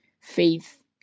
faith